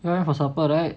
you went for supper right